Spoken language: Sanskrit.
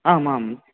आम् आम्